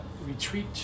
retreat